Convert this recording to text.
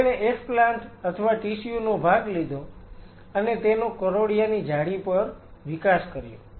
તેણે એક્સપ્લાન્ટ અથવા ટિશ્યુ નો ભાગ લીધો અને તેનો કરોળિયાની જાળી પર વિકાસ કર્યો